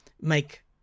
make